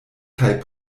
kaj